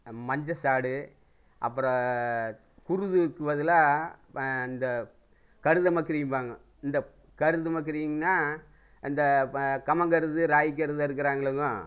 மஞ்ச சாடு அப்பறம் குருதுக்கு பதிலாக அந்த கருதமக்கிரிம்பாங்க இந்த கருதமக்கிரின்னா அந்த கம்மங்கருது ராகிக்கருது அறுக்கறாங்களங்க